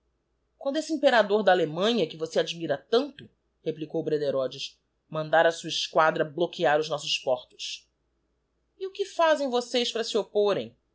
quando esse imperador da allemanha que você admira tanto replicou brederodes mandar a sua esquadra bloquear os nossos portos e que fazem vocês para se oppòrem